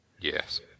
Yes